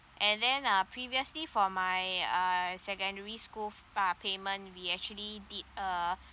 and then uh previously for my uh secondary school uh payment we actually did a